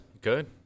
Good